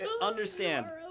Understand